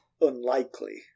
unlikely